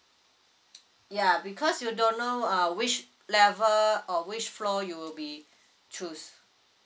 ya because you don't know uh which level or which floor you will be choose